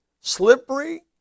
slippery